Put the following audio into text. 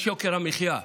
יש יוקר מחיה.